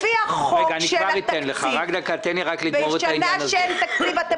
לפי חוק התקציב בשנה שאין תקציב אתם